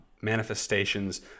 manifestations